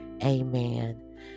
Amen